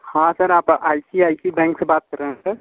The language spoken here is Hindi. हाँ सर आप I C I C bank से बात कर रहें हैं सर